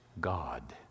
God